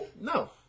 No